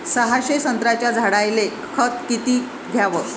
सहाशे संत्र्याच्या झाडायले खत किती घ्याव?